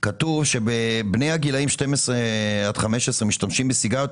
כתוב שבגילים 12 עד 15 משתמשים בסיגריות